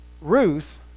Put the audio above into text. Ruth